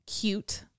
cute